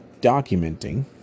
documenting